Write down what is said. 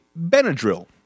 Benadryl